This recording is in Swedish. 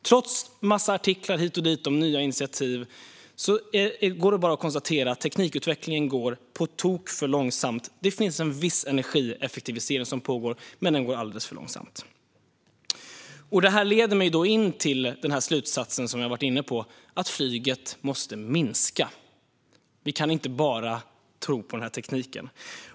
Trots en massa artiklar hit och dit om nya initiativ går det bara att konstatera att teknikutvecklingen går på tok för långsamt. Det pågår en viss energieffektivisering, men det går alldeles för långsamt. Detta leder mig då till den slutsats som jag har varit inne på: att flygandet måste minska. Vi kan inte bara tro på tekniken.